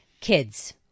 kids